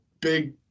big